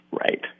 Right